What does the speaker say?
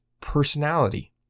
personality